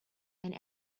and